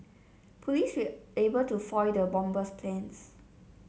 police were able to foil the bomber's plans